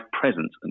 presence